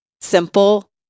simple